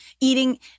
Eating